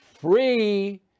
free